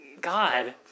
God